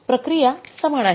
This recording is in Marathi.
प्रक्रिया समान आहे